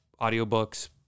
audiobooks